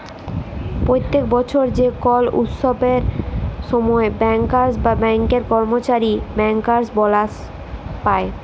প্যত্তেক বসর যে কল উচ্ছবের সময় ব্যাংকার্স বা ব্যাংকের কম্মচারীরা ব্যাংকার্স বলাস পায়